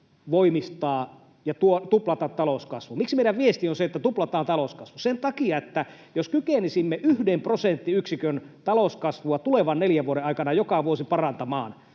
voimistaa ja tuplata talouskasvun? Miksi meidän viestimme on se, että tuplataan talouskasvu? Sen takia, että jos kykenisimme yhden prosenttiyksikön talouskasvua tulevan neljän vuoden aikana joka vuosi parantamaan,